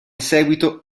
seguito